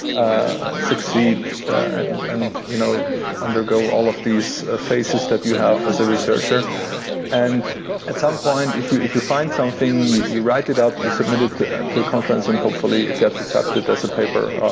ah succeed and and you know undergo all of these phases that you have as a researcher and at some point, if you if you find something, you you write it up, you submit it to to conference and hopefully it gets accepted as a paper.